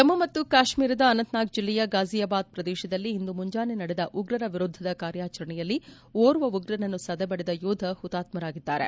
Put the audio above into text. ಜಮ್ಮು ಮತ್ತು ಕಾಶ್ಮೀರದ ಅನಂತನಾಗ್ ಜಿಲ್ಲೆಯ ಗಾಜಿ ಯಾಬಾದ್ ಪ್ರದೇಶದಲ್ಲಿ ಇಂದು ಮುಂಜಾನೆ ನಡೆದ ಉಗ್ರರ ವಿರುದ್ದದ ಕಾರ್ಚಾಚರಣೆಯಲ್ಲಿ ಓರ್ವ ಉಗ್ರನನ್ನು ಸದೆಬಡಿದ ಯೋಧ ಹುತಾತ್ಸನಾಗಿದ್ದಾರೆ